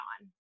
on